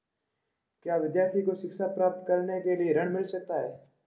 क्या विद्यार्थी को शिक्षा प्राप्त करने के लिए ऋण मिल सकता है?